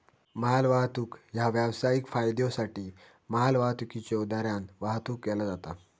मालवाहतूक ह्या व्यावसायिक फायद्योसाठी मालवाहतुकीच्यो दरान वाहतुक केला जाता